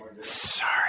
Sorry